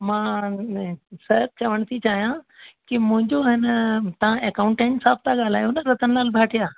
मां स चवणु थी चाहियां की मुंहिंजो ऐं न तव्हां अकाउंटेंट साहिब था ॻाल्हायो न रतन लाल भाटिया